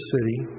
city